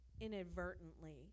inadvertently